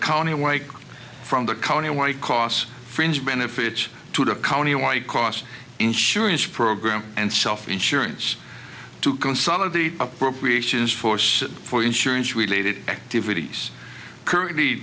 county away from the county where it costs fringe benefits to the county wide cost insurance program and self insurance to consolidate appropriations force for insurance related activities currently